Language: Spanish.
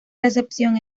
recepción